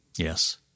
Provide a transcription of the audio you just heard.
Yes